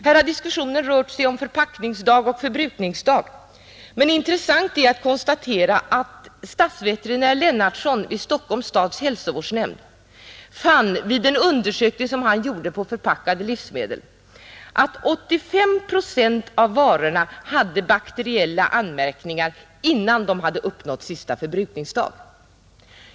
Här har diskusionen rört sig om förpackningsdag och förbrukningsdag, men intressant är att konstatera att stadsveterinär Lennartsson vid Stockholms stads hälsovårdsnämnd fann vid en undersökning som han gjorde på förpackade livsmedel att 85 procent av varorna hade bakteriella anmärkningar innan de uppnått sista förbrukningsdag.